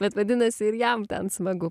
bet vadinasi ir jam ten smagu